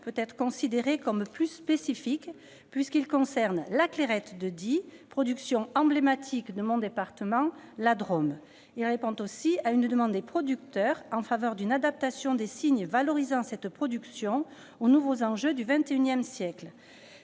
peut être considéré comme plus spécifique, puisqu'il concerne la Clairette de Die, production emblématique du département de la Drôme dont je suis élue. Il répond aussi à une demande des producteurs en faveur d'une adaptation des signes valorisant cette production aux nouveaux enjeux du XXI siècle.